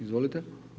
Izvolite.